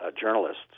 journalists